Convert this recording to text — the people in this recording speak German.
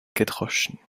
gedroschen